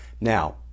Now